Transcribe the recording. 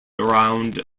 around